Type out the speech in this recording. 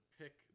pick